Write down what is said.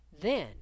Then